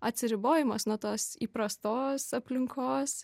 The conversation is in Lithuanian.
atsiribojimas nuo tos įprastos aplinkos